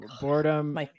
boredom